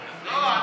לא.